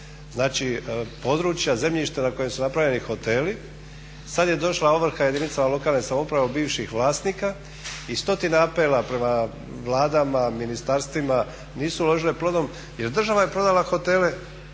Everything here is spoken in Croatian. znači područja zemljišta na kojem su napravljeni hoteli. Sada je došla ovrha jedinicama lokalne samouprave od bivših vlasnika i stotine apela prema vladama, ministarstvima nisu uložile plodom jer država je prodala hotele,